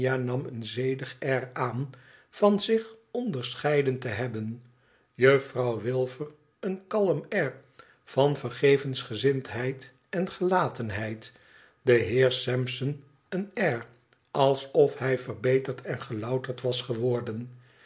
een zedig air aan van zich onderscheiden te hebben juffrouw wilfer een kalm air van vergevensgezindheid en gelatenheid de heer sampson een air alsof hij verbeterd en gelouterd was geworden